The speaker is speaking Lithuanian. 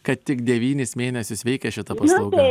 kad tik devynis mėnesius veikia šita paslauga